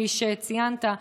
כפי שציינת,